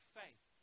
faith